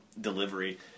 delivery